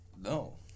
No